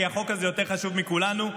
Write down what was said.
כי החוק הזה יותר חשוב מכולנו,